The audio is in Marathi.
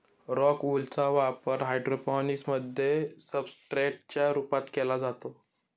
रॉक वूल चा उपयोग हायड्रोपोनिक्स मध्ये सब्सट्रेट च्या रूपात केला जातो